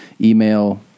email